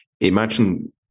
Imagine